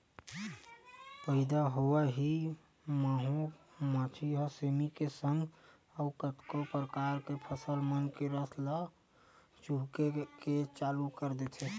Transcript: पइदा होवत ही माहो मांछी ह सेमी के संग अउ कतको परकार के फसल मन के रस ल चूहके के चालू कर देथे